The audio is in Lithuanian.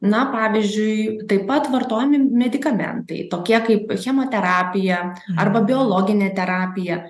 na pavyzdžiui taip pat vartojami medikamentai tokie kaip chemoterapija arba biologinė terapija